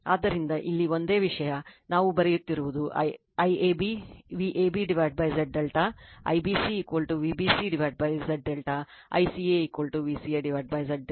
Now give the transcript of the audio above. ಆದ್ದರಿಂದ ಇಲ್ಲಿ ಒಂದೇ ವಿಷಯ ನಾವು ಬರೆಯುತ್ತಿರುವುದು IAB VabZ ∆ IBC VbcZ ∆ ICA VcaZ ∆